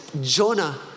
Jonah